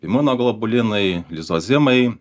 imunoglobulinai izozimai